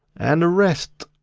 and the rest,